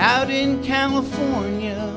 out in california